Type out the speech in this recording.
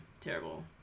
terrible